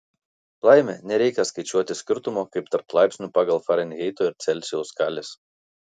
laimė nereikia skaičiuoti skirtumo kaip tarp laipsnių pagal farenheito ir celsijaus skales